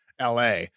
LA